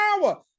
power